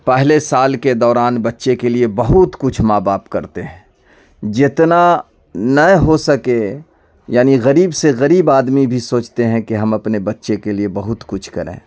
پہلے سال کے دوران بچے کے لیے بہت کچھ ماں باپ کرتے ہیں جتنا نہ ہو سکے یعنی غریب سے غریب آدمی بھی سوچتے ہیں کہ ہم اپنے بچے کے لیے بہت کچھ کریں